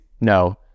no